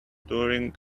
during